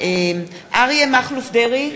אריה מכלוף דרעי,